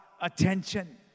attention